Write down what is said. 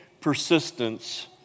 persistence